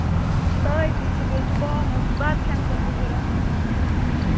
تاوِ تہِ چھِ بیٚیہِ چھِ بانہٕ بَتہٕ کھیٚنہٕ خٲطرٕ ضروٗرت